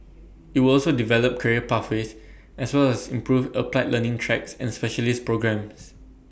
IT will also develop career pathways as well as improve applied learning tracks and specialist programmes